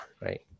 right